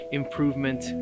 improvement